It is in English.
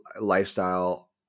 lifestyle